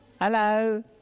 hello